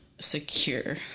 secure